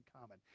common